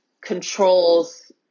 controls